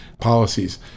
policies